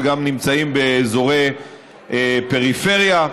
וגם נמצאים באזורי פריפריה.